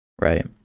right